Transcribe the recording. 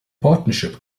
partnership